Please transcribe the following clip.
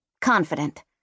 confident